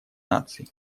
наций